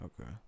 okay